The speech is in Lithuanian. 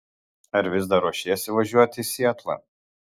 ar vis dar ruošiesi važiuoti į sietlą